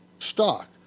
Stock